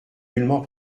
nullement